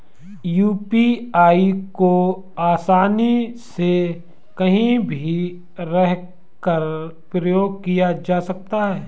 UPI को आसानी से कहीं भी रहकर प्रयोग किया जा सकता है